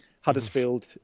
Huddersfield